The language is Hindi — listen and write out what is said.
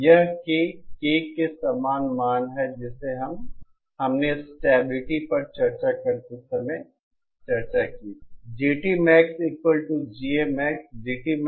यह K K के समान मान है जिसे हमने स्टेबिलिटी पर चर्चा करते समय चर्चा की थी